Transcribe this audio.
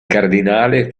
cardinale